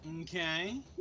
Okay